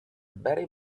barry